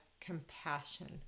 compassion